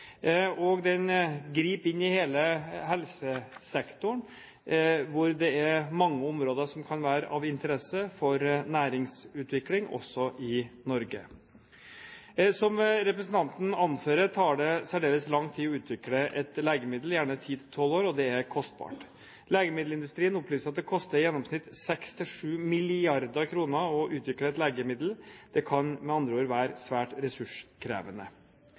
og den griper inn i hele helsesektoren, hvor det er mange områder som kan være av interesse for næringsutvikling, også i Norge. Som representanten anfører, tar det særdeles lang tid å utvikle et legemiddel – gjerne ti–tolv år – og det er kostbart. Legemiddelindustrien opplyser at det koster i gjennomsnitt 6–7 mrd. kr å utvikle et legemiddel. Det kan med andre ord være svært ressurskrevende.